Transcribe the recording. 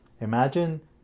Imagine